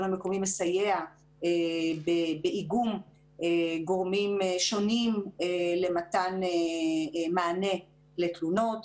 המקומי מסייע באיגום גורמים שונים למתן מענה לתלונות,